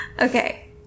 Okay